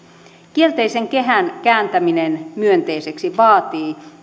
kielteisen kehän kääntäminen myönteiseksi vaatii